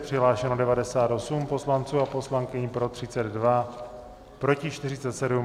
Přihlášeno 98 poslanců a poslankyň, pro 32, proti 47.